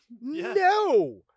no